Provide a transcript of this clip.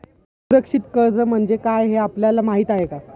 असुरक्षित कर्ज म्हणजे काय हे आपल्याला माहिती आहे का?